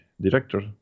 director